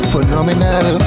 Phenomenal